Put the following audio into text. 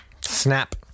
Snap